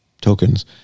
tokens